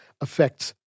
affects